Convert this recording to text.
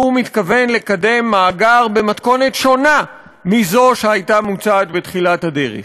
והוא מתכוון לקדם מאגר במתכונת שונה מזאת שהוצעה בתחילת הדרך.